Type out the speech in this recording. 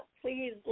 please